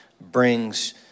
brings